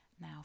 Now